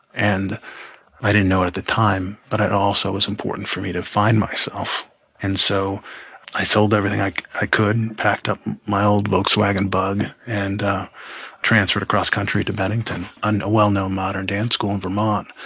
and i didn't know it at the time, but it also was important for me to find myself and so i sold everything i i could, packed up my old volkswagen bug and transferred across country to bennington, and a well-known modern dance school in vermont.